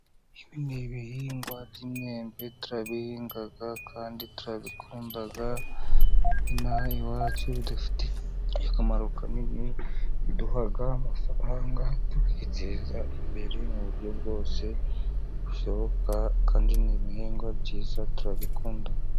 Ibi ni ibihingwa by'imyembe turabihinga kandi turabikunda. Inaha iwacu bidufitiye akamaro kanini, biduha amafaranga, tukiteza imbere mu buryo bwose bushoboka, kandi ni ibihingwa byiza, turabikunda.